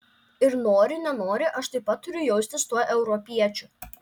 ir nori nenori aš taip pat turiu jaustis tuo europiečiu